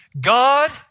God